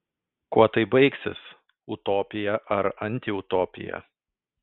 kuo tai baigsis utopija ar antiutopija